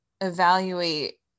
evaluate